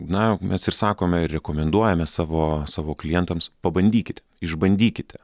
na mes ir sakome ir rekomenduojame savo savo klientams pabandykit išbandykite